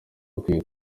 ukwiriye